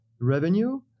revenue